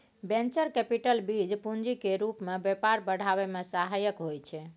venture capital बीज पूंजी केर रूप मे व्यापार बढ़ाबै मे सहायक होइ छै